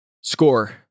Score